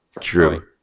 True